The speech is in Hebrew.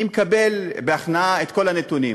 אני מקבל בהכנעה את כל הנתונים,